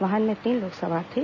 वाहन में तीन लोग सवार थे